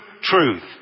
truth